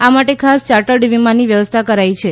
આ માટે ખાસ ચાર્ટર્ડ વિમાનની વ્યવસ્થા કરી છે